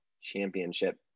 championship